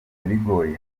ibigori